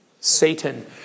Satan